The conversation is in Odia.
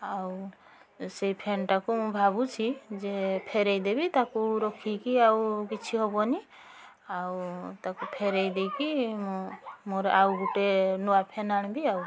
ଆଉ ସେଇ ଫ୍ୟାନ୍ଟାକୁ ମୁଁ ଭାବୁଛି ଯେ ଫେରାଇ ଦେବି ତାକୁ ରଖିକି ଆଉ କିଛି ହେବନି ଆଉ ତାକୁ ଫେରାଇ ଦେଇକି ମୁଁ ମୋର ଆଉ ଗୋଟିଏ ନୂଆ ଫ୍ୟାନ୍ ଆଣିବି ଆଉ